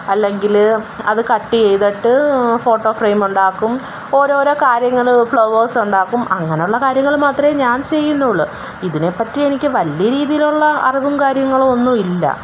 അല്ലെങ്കില് അത് കട്ടെയ്തെട്ട് ഫോട്ടോ ഫ്രെയിം ഉണ്ടാക്കും ഓരോരോ കാര്യങ്ങള് ഫ്ലവേഴ്സ് ഉണ്ടാക്കും അങ്ങനെയുള്ള കാര്യങ്ങള് മാത്രമേ ഞാൻ ചെയ്യുന്നുള്ളൂ ഇതിനെപ്പറ്റി എനിക്ക് വലിയ രീതിയിലുള്ള അറിവും കാര്യങ്ങളൊന്നുമില്ല